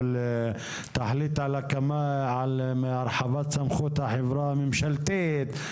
תחליט על הקמה או הרחבת סמכות החברה הממשלתית,